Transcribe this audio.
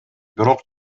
бирок